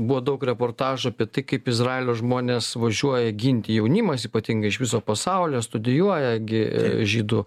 buvo daug reportažų apie tai kaip izraelio žmonės važiuoja ginti jaunimas ypatingai iš viso pasaulio studijuoja gi žydų